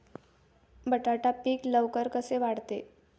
बटाटा पीक लवकर कसे वाढते?